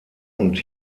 und